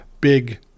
big